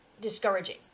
discouraging